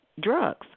drugs